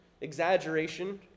exaggeration